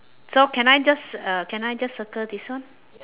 so can I just uh can I just circle this one